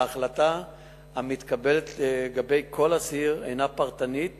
וההחלטה המתקבלת לגבי כל אסיר הינה פרטנית